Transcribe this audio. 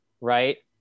right